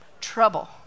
trouble